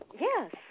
Yes